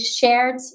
shared